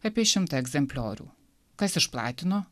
apie šimtą egzempliorių kas išplatino